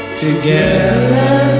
together